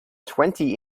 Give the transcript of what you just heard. twenty